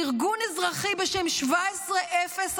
ארגון אזרחי בשם 1701,